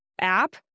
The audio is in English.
app